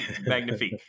magnifique